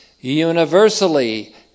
universally